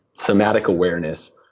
somatic awareness,